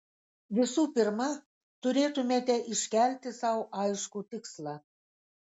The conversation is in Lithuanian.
visų pirma turėtumėte iškelti sau aiškų tikslą